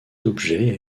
objet